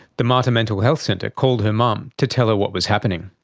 the mater mental health centre called her mum to tell her what was happening.